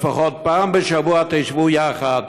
שלפחות פעם בשבוע תשבו יחד,